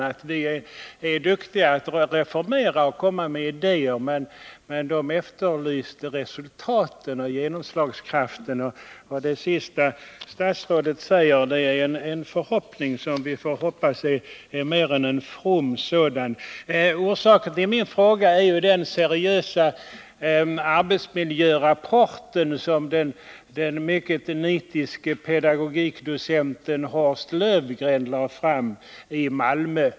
De ansåg att vi är duktiga att reformera och komma med idéer, men de efterlyste resultat och efterlyste reformernas och idéernas genomslagskraft. I slutet av svaret uttalar statsrådet en förhoppning om att arbetsmiljön inom skolan skall bli bättre, och vi får hoppas att den förhoppningen är mer än en from sådan. Orsaken till min fråga är den seriösa rapport om arbetsmiljön inom skolan som den mycket skicklige pedagogikdocenten Horst Löfgren lade fram i Malmö.